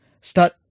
Start